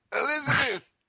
Elizabeth